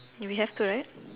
you we have two right